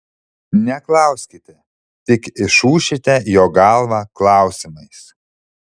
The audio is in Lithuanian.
neklauskite tik išūšite jo galvą klausimais